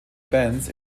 bands